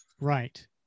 right